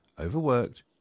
Overworked